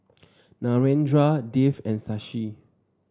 Narendra Dev and Shashi